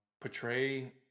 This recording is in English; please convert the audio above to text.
portray